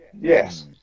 yes